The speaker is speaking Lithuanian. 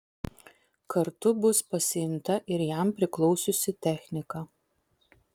kartu bus pasiimta ir jam priklausiusi technika